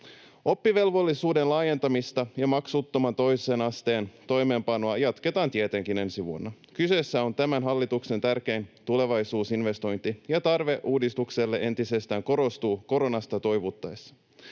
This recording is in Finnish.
Oppivelvollisuuden laajentamista ja maksuttoman toisen asteen toimeenpanoa jatketaan tietenkin ensi vuonna. Kyseessä on tämän hallituksen tärkein tulevaisuusinvestointi, ja tarve uudistukselle korostuu entisestään koronasta toivuttaessa.